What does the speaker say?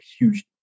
huge